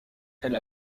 elle